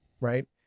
Right